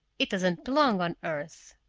it doesn't belong on earth.